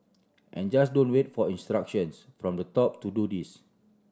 and just don't wait for instructions from the top to do this